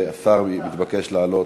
השר מתבקש לעלות.